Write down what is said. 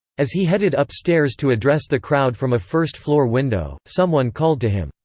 as he headed upstairs to address the crowd from a first-floor window, someone called to him,